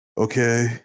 Okay